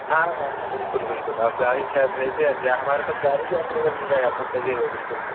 ہاں ہاں بالکل بالکل آپ گاڑی چاہے بھیج دیں یا ہمارے پاس گاڑی بھی اویلیبل مل جائے گا آپ کو سجے ہوئے بالکل